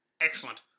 Excellent